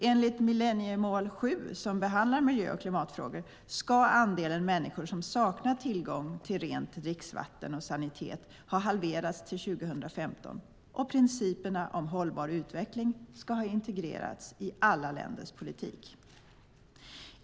Enligt millenniemål 7 som behandlar miljö och klimatfrågor ska andelen människor som saknar tillgång till rent dricksvatten och sanitet ha halverats till 2015, och principerna om hållbar utveckling ska ha integrerats i alla länders politik.